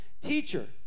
teacher